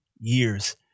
years